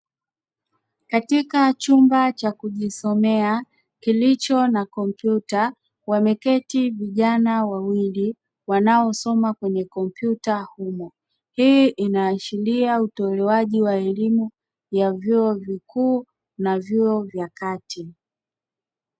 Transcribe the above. Katika chumba cha kujisomea kilicho na kompyuta wameketi vijana wawili wanaosoma kwenye kompyuta humo, hii inaashiria utoalewaji wa elimu ya vyuo vikuu na vyuo vya kati.